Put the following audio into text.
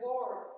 Lord